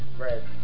red